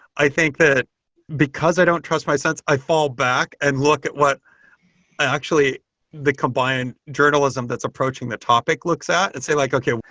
i think that because i don't trust my sense, i fall back and look at what actually the combined journalism that's approaching the topic looks at and say like, okay.